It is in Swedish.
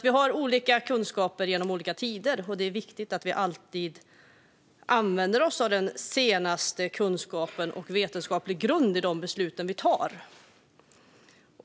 Vi har olika kunskaper genom olika tider, och det är viktigt att vi alltid använder oss av den senaste kunskapen och vetenskaplig grund i de beslut vi tar.